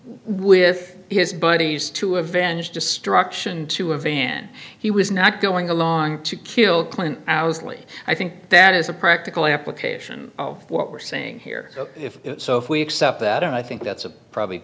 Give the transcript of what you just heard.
with his buddies to avenge destruction to a van he was not going along to kill clint owsley i think that is a practical application of what we're saying here if so if we accept that and i think that's a probably